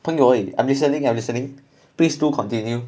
朋友而已 I'm listening I'm listening please do continue